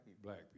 Black